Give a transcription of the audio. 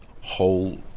whole